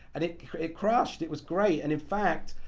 and it it crashed, it was great. and in fact,